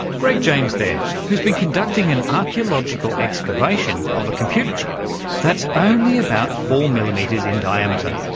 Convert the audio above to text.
greg james there, who's been conducting an archaeological excavation of a computer chip that's only about four millimetres in diameter.